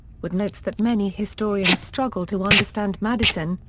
wood notes that many historians struggle to understand madison,